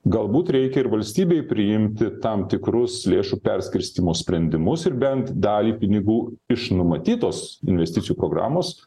galbūt reikia ir valstybei priimti tam tikrus lėšų perskirstymo sprendimus ir bent dalį pinigų iš numatytos investicijų programos